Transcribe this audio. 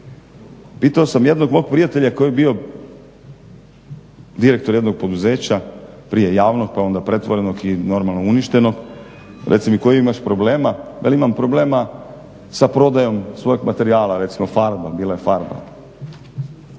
Pitao sam jednog mog prijatelja koji je bio direktor jednog poduzeća, prije javnog pa onda pretvorenog i normalno uništenog, reci mi kojih imaš problema. Veli imam problema sa prodajom svog materijala, recimo farbom, bila je farba.